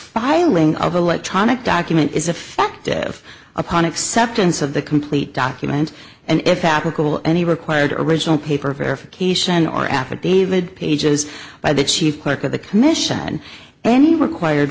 filing of electronic document is effective upon acceptance of the complete document and if applicable any required original paper verification or affidavit pages by the chief clerk of the commission any required